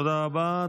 תודה רבה.